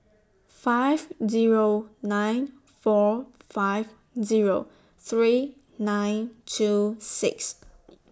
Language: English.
five Zero nine four five Zero three nine two six